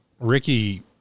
Ricky